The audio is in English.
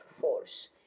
force